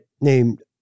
named